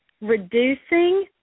reducing